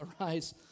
arise